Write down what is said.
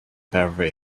beverly